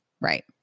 right